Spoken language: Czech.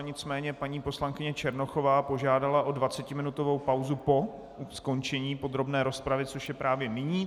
Nicméně paní poslankyně Černochová požádala o dvacetiminutovou pauzu po skončení podrobné rozpravy, což je právě nyní.